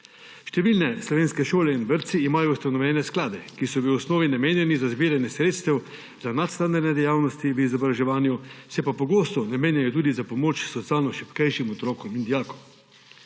Številne slovenske šole in vrtci imajo ustanovljene sklade, ki so v osnovi namenjeni za zbiranje sredstev za nadstandardne dejavnosti v izobraževanju, se pa pogosto namenjajo za pomoč socialno šibkejšim otrokom in dijakom.